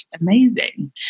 amazing